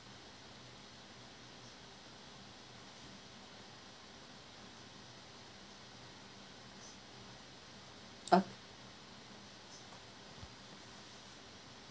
uh